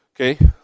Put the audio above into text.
Okay